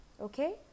okay